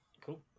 Cool